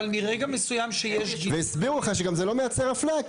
וגם הסבירו לך שזה לא מייצר אפליה,